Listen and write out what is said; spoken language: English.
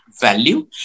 value